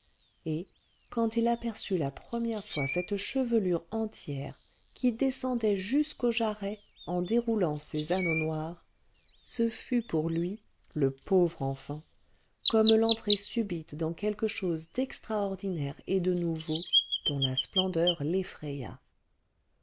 et quand il aperçut la première fois cette chevelure entière qui descendait jusqu'aux jarrets en déroulant ses anneaux noirs ce fut pour lui le pauvre enfant comme l'entrée subite dans quelque chose d'extraordinaire et de nouveau dont la splendeur l'effraya